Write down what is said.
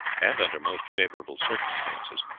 and under most favorable circumstances,